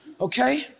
okay